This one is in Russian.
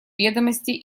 ведомости